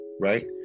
right